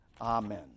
amen